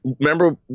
remember